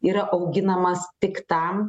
yra auginamas tik tam